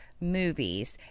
movies